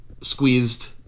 squeezed